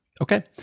okay